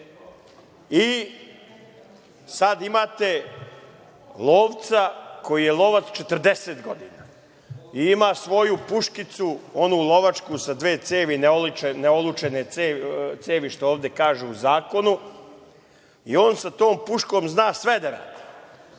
i sada imate lovca koji je lovac 40 godina i ima svoju puškicu, onu lovačku sa dve cevi, neolučene cevi, što ovde kaže u zakonu, i on sa tom puškom zna sve da